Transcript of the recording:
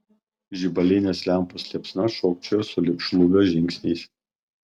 žibalinės lempos liepsna šokčiojo sulig šlubio žingsniais